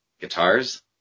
guitars